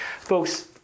Folks